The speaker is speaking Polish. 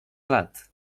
lat